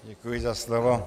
Děkuji za slovo.